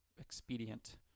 expedient